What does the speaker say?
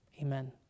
Amen